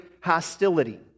hostility